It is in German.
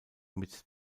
mit